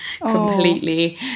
completely